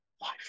life